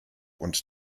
und